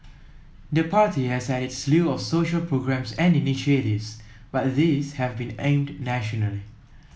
the party has had its slew of social programmes and initiatives but these have been aimed nationally